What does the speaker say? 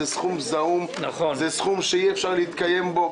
זה סכום זעום שאי אפשר להתקיים ממנו.